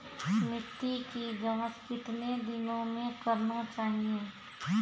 मिट्टी की जाँच कितने दिनों मे करना चाहिए?